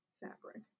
Fabric